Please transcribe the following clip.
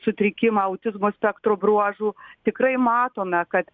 sutrikimą autizmo spektro bruožų tikrai matome kad